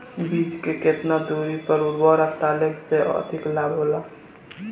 बीज के केतना दूरी पर उर्वरक डाले से अधिक लाभ होला?